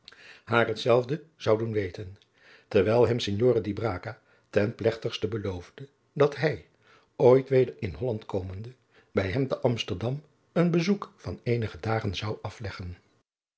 haar hetzelve zou doen weten terwijl hem signore di braga ten plegtigste beloofde dat hij ooit weder in holland komende bij hem te amsterdam een bezoek van eenige dagen zou afleggen